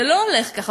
זה לא הולך ככה.